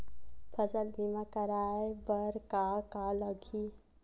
फसल बीमा करवाय बर का का लगही?